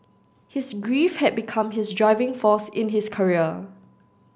his grief had become his driving force in his career